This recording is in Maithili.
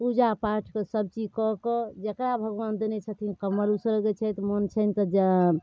पूजापाठ से सबचीज कऽ कऽ जकरा भगवान देने छथिन कम्मल उसरगै छथि